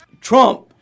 Trump